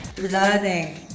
Learning